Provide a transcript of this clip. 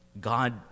God